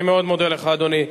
אני מאוד מודה לך, אדוני.